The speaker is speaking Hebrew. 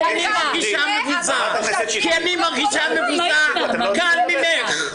אני מרגישה מבוזה כאן ממך.